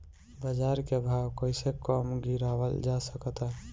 बाज़ार के भाव कैसे कम गीरावल जा सकता?